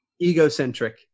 egocentric